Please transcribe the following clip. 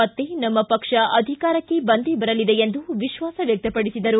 ಮತ್ತೆ ನಮ್ಮಪಕ್ಷ ಅಧಿಕಾರಕ್ಕೆ ಬಂದೇ ಬರಲಿದೆ ಎಂದು ವಿಶ್ವಾಸ ವ್ಯಕ್ತಪಡಿಸಿದರು